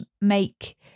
make